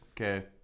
okay